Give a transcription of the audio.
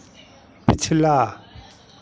पिछला